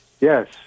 Yes